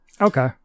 okay